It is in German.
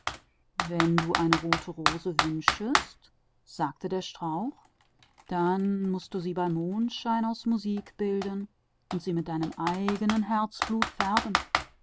wenn du eine rote rose haben willst sagte der strauch dann mußt du sie beim mondlicht aus liedern machen und sie färben mit deinem eignen herzblut